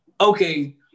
Okay